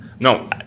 No